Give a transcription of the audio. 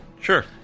Sure